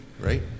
right